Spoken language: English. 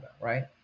right